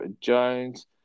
Jones